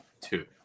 two